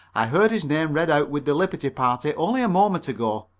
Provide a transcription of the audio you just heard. i heard his name read out with the liberty party only a moment ago.